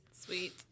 sweet